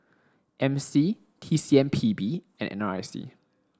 M C T C M P B and N R I C